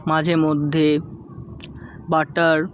মাঝে মধ্যে বাটার